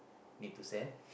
need to send